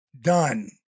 done